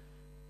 תודה.